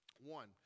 One